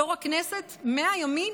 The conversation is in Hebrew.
יו"ר הכנסת, מאה ימים?